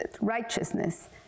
righteousness